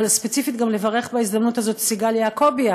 אבל ספציפית גם לברך בהזדמנות הזאת את סיגל יעקובי,